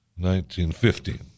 1915